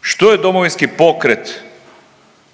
Što je Domovinski pokret